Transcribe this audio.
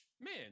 man